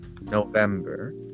November